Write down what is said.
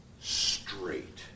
straight